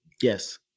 Yes